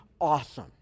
awesome